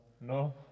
No